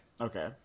Okay